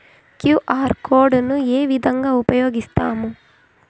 QR code ను ఏ విధంగా ఉపయగిస్తాము?